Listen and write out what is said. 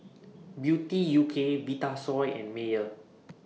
Beauty U K Vitasoy and Mayer